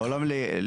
באילת,